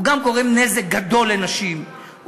הוא גם גורם נזק גדול לנשים,